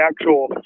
actual